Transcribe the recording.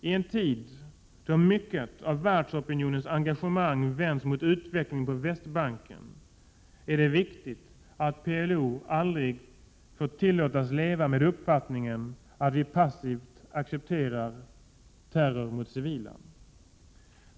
I en tid då mycket av världsopinionens engagemang vänds mot utvecklingen på Västbanken är det viktigt att PLO aldrig får 85 Prot. 1987/88:129 tillåtas leva med uppfattningen att vi passivt accepterar terror mot civila.